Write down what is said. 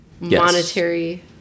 Monetary